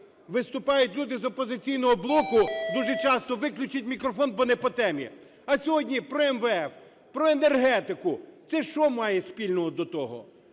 виступають люди з "Опозиційного блоку", дуже часто: "Виключіть мікрофон, бо не по темі!" А сьогодні про МВФ, про енергетику – це що має спільного до того?